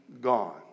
gone